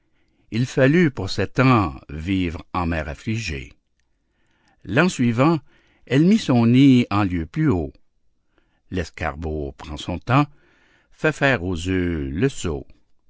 il fallut pour cet an vivre en mère affligée l'an suivant elle mit son nid en lieu plus haut l'escarbot prend son temps fait faire aux œufs le saut